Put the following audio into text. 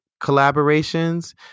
collaborations